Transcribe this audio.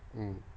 mm